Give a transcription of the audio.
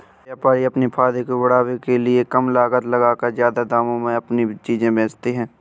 व्यापारी अपने फायदे को बढ़ाने के लिए कम लागत लगाकर ज्यादा दामों पर अपनी चीजें बेचते है